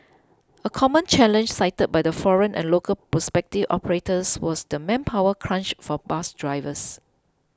a common challenge cited by the foreign and local prospective operators was the manpower crunch for bus drivers